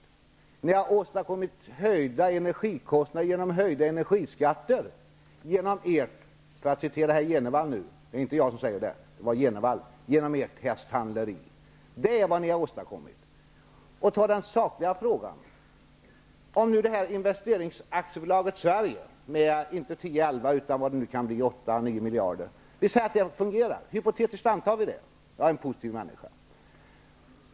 Och ni har åstadkommit höjda energikostnader på grund av höjda energiskatter genom ert -- för att nu citera herr Jenevall -- hästhandleri. Så till den sakliga frågan. När det gäller utan 8--9 miljarder, kan vi hypotetiskt anta att det fungerar; jag är en positiv människa.